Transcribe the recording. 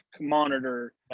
monitor